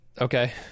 Okay